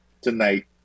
tonight